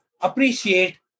appreciate